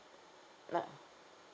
right